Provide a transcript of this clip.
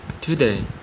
Today